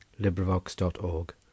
LibriVox.org